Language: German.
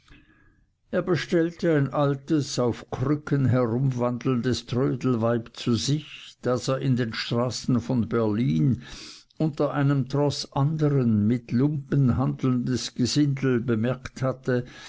er bestellte ein altes auf krücken herumwandelndes trödelweib zu sich das er in den straßen von berlin unter einem troß andern mit lumpen handelnden gesindels bemerkt hatte